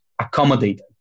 accommodated